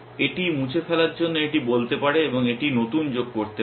এটি মুছে ফেলার জন্য এটি বলতে পারে এবং এটি নতুন যোগ করতে বলতে পারে